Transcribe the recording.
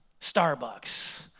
Starbucks